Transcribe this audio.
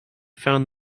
found